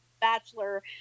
bachelor